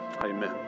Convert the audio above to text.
Amen